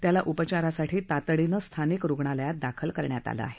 त्याला उपचारांसाठी तातडीनं स्थानिक रुग्णालायात दाखल केलं आहे